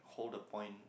hold the point